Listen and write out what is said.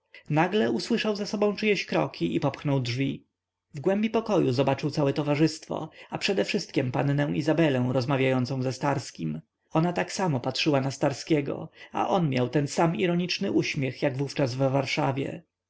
nagle usłyszał za sobą czyjeś kroki i popchnął drzwi w głębi pokoju zobaczył całe towarzystwo a przedewszystkiem pannę izabelę rozmawiającą ze starskim ona tak samo patrzyła na starskiego a on miał ten sam ironiczny uśmiech jak wówczas w warszawie